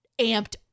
amped